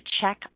check